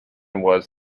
was